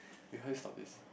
behind stop is